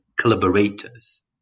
collaborators